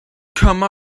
come